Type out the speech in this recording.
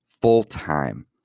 full-time